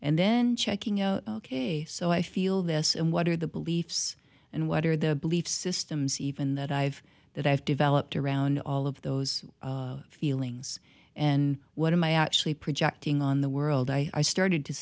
and then checking out ok so i feel this and what are the beliefs and what are the belief systems even that i have that i've developed around all of those feelings and what am i actually projecting on the world i started to